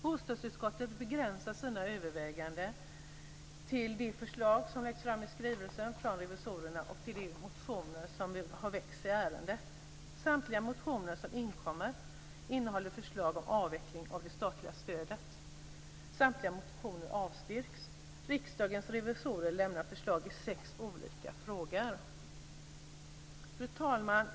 Bostadsutskottet begränsar sina överväganden till de förslag som läggs fram i skrivelsen från revisorerna och till de motioner som har väckts i ärendet. Samtliga motioner som inkommit innehåller förslag om avveckling av det statliga stödet. Samtliga motioner avstyrks. Riksdagens revisorer lämnar förslag i sex olika frågor. Fru talman!